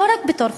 לא רק בתור חובה.